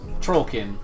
Trollkin